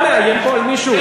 אתה מאיים פה על מישהו?